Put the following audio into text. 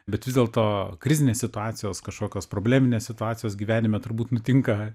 bet vis dėlto krizinės situacijos kažkokios probleminės situacijos gyvenime turbūt nutinka